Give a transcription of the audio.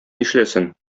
нишләсен